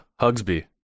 Hugsby